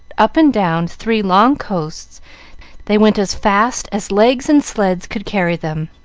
up and down three long coasts they went as fast as legs and sleds could carry them.